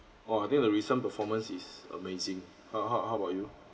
or I think the recent performance is amazing how how how about you